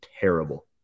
terrible